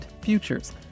Futures